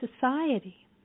society